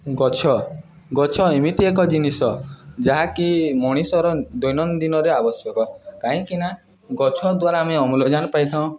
ଗଛ ଗଛ ଏମିତି ଏକ ଜିନିଷ ଯାହାକି ମଣିଷର ଦୈନନ୍ଦିନରେ ଆବଶ୍ୟକ କାହିଁକିନା ଗଛ ଦ୍ୱାରା ଆମେ ଅମ୍ଳଜାନ ପାଇଥାଉ